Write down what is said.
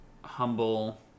humble